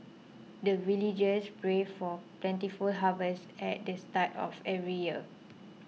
the villagers pray for plentiful harvest at the start of every year